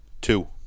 Two